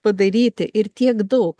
padaryti ir tiek daug